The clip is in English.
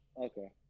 Okay